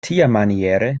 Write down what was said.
tiamaniere